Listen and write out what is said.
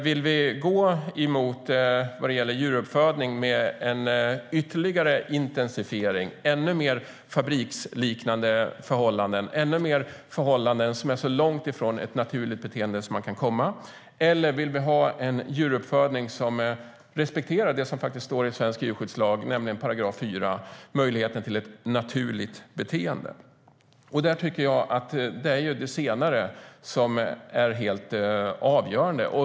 Ska vi gå mot en djuruppfödning med en ytterligare intensifiering, ännu mer fabriksliknande förhållanden och ännu mer förhållanden som är så långt ifrån ett naturligt beteende man kan komma - eller vill vi ha en djuruppfödning som respekterar det som faktiskt står svensk djurskyddslags § 4, nämligen möjligheten till ett naturligt beteende? Jag tycker ju att det senare är det helt avgörande.